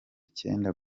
icyenda